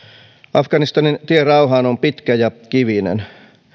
afganistanin tie rauhaan on pitkä ja kivinen